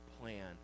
Plan